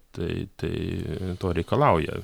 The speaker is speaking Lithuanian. tai tai to reikalauja